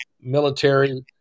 military